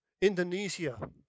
Indonesia